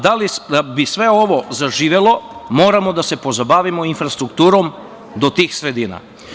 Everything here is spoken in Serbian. Da bi sve ovo zaživelo, moramo da se pozabavimo i infrastrukturom do tih sredina.